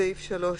בסעיף (3)